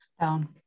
down